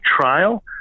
trial